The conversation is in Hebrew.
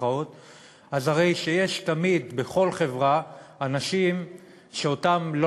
הרי שיש תמיד בכל חברה אנשים שאותם לא